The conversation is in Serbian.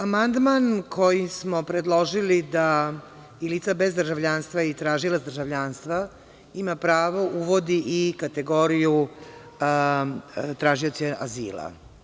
Amandman kojim smo predložili da i lica bez državljanstva i tražilac državljanstva ima pravo, uvodi i kategoriju tražioci azila.